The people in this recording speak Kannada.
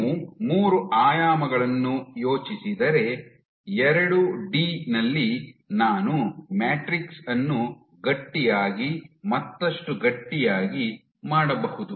ನೀವು ಮೂರು ಆಯಾಮಗಳನ್ನು ಯೋಚಿಸಿದರೆ ಎರಡು ಡಿ ನಲ್ಲಿ ನಾನು ಮ್ಯಾಟ್ರಿಕ್ಸ್ ಅನ್ನು ಗಟ್ಟಿಯಾಗಿ ಮತ್ತಷ್ಟು ಗಟ್ಟಿಯಾಗಿ ಮಾಡಬಹುದು